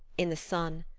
in the sun,